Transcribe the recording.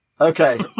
okay